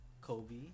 Kobe